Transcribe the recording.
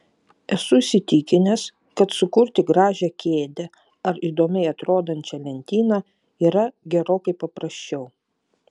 esu įsitikinęs kad sukurti gražią kėdę ar įdomiai atrodančią lentyną yra gerokai paprasčiau